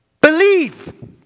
believe